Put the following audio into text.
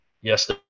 Yes